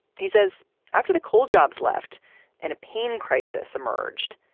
he says after the coal jobs left and a pain crisis emerged,